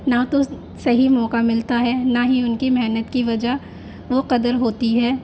نہ تو صحیح موقع ملتا ہے نہ ہی ان کی محنت کی وجہ وہ قدر ہوتی ہے